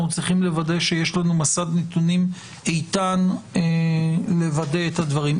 אנחנו צריכים לוודא שיש לנו מסד נתונים איתן לוודא את הדברים.